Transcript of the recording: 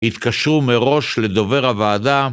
התקשרו מראש לדובר הוועדה